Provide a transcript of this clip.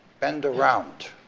bend around,